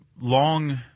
long